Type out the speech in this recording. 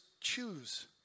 choose